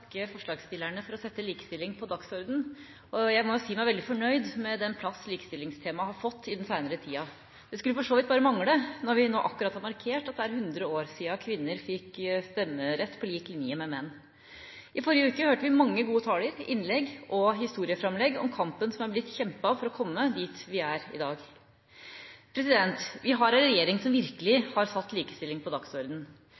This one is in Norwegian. takke forslagsstillerne for å sette likestilling på dagsordenen, og jeg må si meg veldig fornøyd med den plass likestillingstemaet har fått i den senere tida. Det skulle for så vidt bare mangle når vi nå akkurat har markert at det er 100 år siden kvinner fikk stemmerett på lik linje med menn. I forrige uke hørte vi mange gode taler, innlegg og historieframlegg om kampen som er blitt kjempet for å komme dit vi er i dag. Vi har ei regjering som